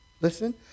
Listen